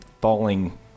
falling